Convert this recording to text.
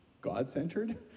God-centered